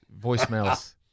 voicemails